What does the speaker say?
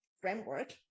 framework